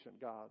God